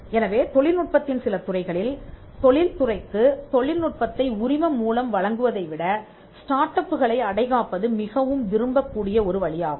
எனவே தொழில் நுட்பத்தின் சில துறைகளில் தொழில் துறைக்கு தொழில்நுட்பத்தை உரிமம் மூலம் வழங்குவதை விட ஸ்டார்ட் அப்களை அடைகாப்பது மிகவும் விரும்பக்கூடிய ஒரு வழியாகும்